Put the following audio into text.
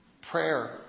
Prayer